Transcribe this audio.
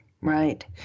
Right